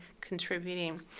contributing